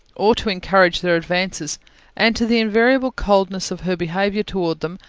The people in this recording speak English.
or to encourage their advances and to the invariable coldness of her behaviour towards them,